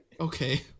Okay